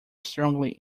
strongly